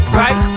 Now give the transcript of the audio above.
right